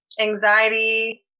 anxiety